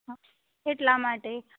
હ એટલા માટે